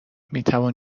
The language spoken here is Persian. میتوان